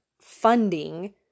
funding